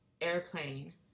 airplane